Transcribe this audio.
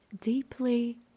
deeply